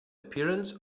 appearance